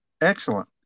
Excellent